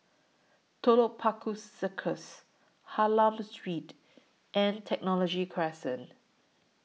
Telok Paku Circus Hylam Street and Technology Crescent